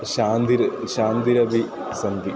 शान्तिः शान्तिरपि सन्ति